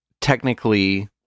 Technically